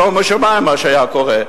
שומו שמים מה שהיה קורה.